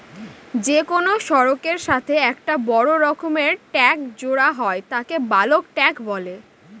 যে কোনো সড়কের সাথে একটা বড় রকমের ট্যাংক জোড়া হয় তাকে বালক ট্যাঁক বলে